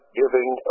giving